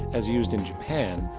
as used in japan,